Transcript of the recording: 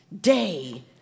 Day